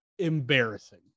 Embarrassing